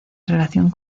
relación